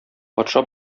патша